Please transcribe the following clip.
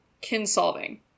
kinsolving